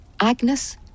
Agnes